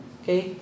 okay